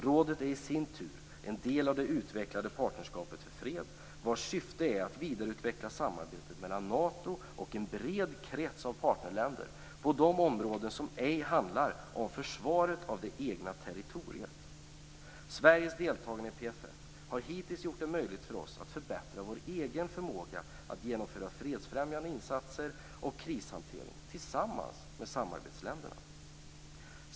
Rådet är i sin tur en del av det utvecklade partnerskapet för fred, vars syfte är att vidareutveckla samarbetet mellan Nato och en bred krets av partnerländer på de områden som ej handlar om försvaret av det egna territoriet. Sveriges deltagande i PFF har hittills gjort det möjligt för oss att förbättra vår egen förmåga att genomföra fredsfrämjande insatser och krishantering tillsammans med samarbetsländerna.